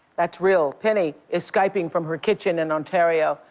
that's real. penny is skyping from her kitchen in ontario.